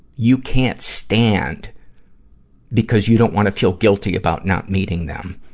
you can't stand because you don't wanna feel guilty about not meeting them,